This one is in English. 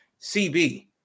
CB